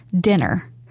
dinner